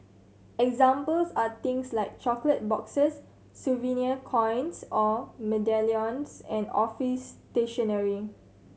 examples are things like chocolate boxes souvenir coins or medallions and office stationery